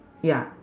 ya